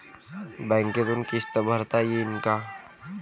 बँकेतून किस्त भरता येईन का?